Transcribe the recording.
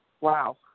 Wow